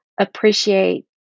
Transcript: appreciate